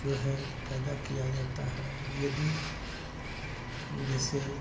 जो है पैदा किया जाता है यदि जैसे